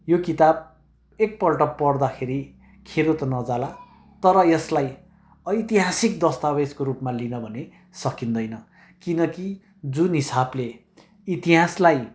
यो किताब एकपल्ट पढ्दाखेरि खेरो त नजाला तर यसलाई ऐतिहासिक दस्तावेजको रूपमा लिन भने सकिँदैन किनकि जुन हिसाबले इतिहासलाई